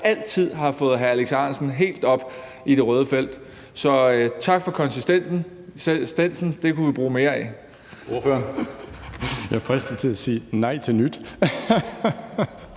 altid har fået hr. Alex Ahrendtsen helt op i det røde felt. Så tak for konsistensen, det kunne vi bruge mere af.